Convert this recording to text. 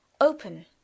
open